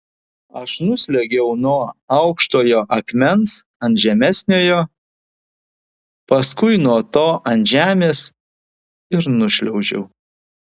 aš nusliuogiau nuo aukštojo akmens ant žemesniojo paskui nuo to ant žemės ir nušliaužiau